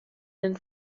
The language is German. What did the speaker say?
den